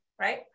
right